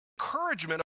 encouragement